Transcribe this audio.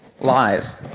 lies